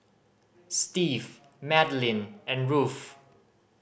Steve Madelene and Ruth